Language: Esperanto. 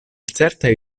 certaj